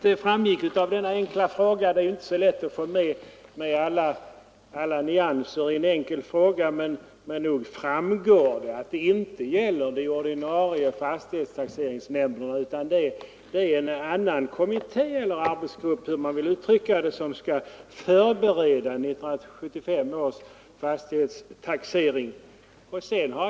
Herr talman! Det är inte så lätt att få med alla nyanser i en enkel fråga, men nog framgår det att frågan inte gäller de ordinarie fastighetstaxeringsnämnderna utan en kommitté, grupp, rätt och slätt dem som skall förbereda 1975 års fastighetstaxering.